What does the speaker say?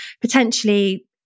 potentially